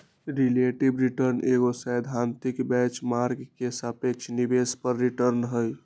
relative return एगो सैद्धांतिक benchmark के सापेक्ष निवेश पर रिटर्न हइ